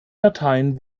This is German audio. dateien